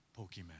Pokemon